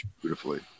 beautifully